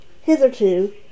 hitherto